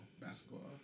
basketball